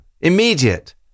immediate